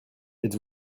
êtes